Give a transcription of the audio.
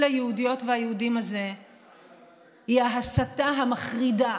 היהודיות והיהודים הזה הוא ההסתה המחרידה